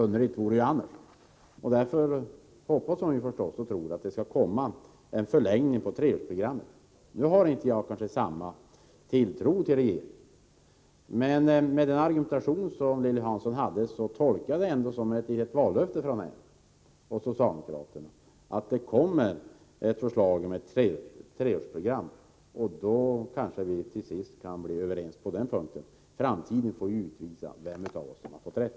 Underligt vore det annars. Därför hoppas hon förstås och tror att det skall komma en förlängning på treårsprogrammet. Nu har jag kanske inte samma tilltro till regeringen, men den argumentation som Lilly Hansson förde tolkar jag ändå som ett litet vallöfte från henne och socialdemokraterna att det kommer ett förslag om ett treårsprogram. Då kanske vi till sist kan bli överens på den punkten. Framtiden får ju utvisa vem av oss som har fått rätt.